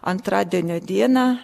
antradienio dieną